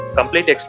complete